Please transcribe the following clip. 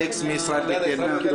אלכס מישראל ביתנו.